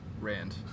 Rand